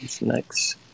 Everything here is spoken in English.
next